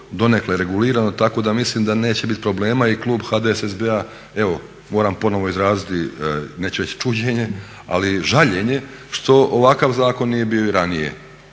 donekle regulirano, tako da mislim da neće biti problema i klub HDSSB-a moram ponovno izraziti neću reći čuđenje ali žaljenje što ovakav zakon nije bio i ranije